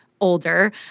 older